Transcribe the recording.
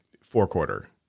four-quarter